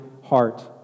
heart